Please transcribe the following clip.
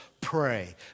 pray